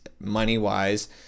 money-wise